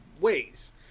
ways